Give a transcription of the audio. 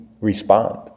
respond